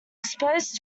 exposed